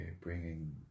bringing